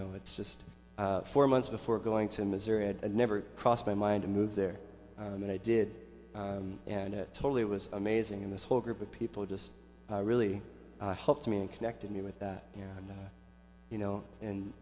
know it's just four months before going to missouri it never crossed my mind to move there and i did and it totally was amazing and this whole group of people just really helped me and connected me with that you know and